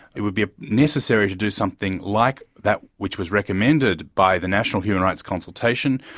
it would be ah necessary to do something like that, which was recommended by the national human rights consultation,